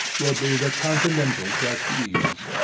will be the continental trustees.